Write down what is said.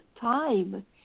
time